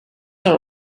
are